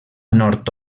nord